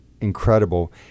incredible